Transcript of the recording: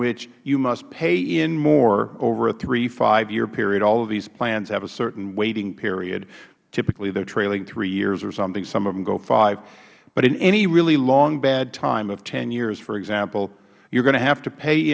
which you must pay in more over a three five year period all of these plans have a certain waiting period typically they are trailing three years or something some of them go five but in any really long bad time of ten years for example you are going to have to pay